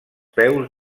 peus